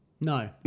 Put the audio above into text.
No